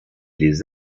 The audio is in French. les